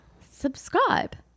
Subscribe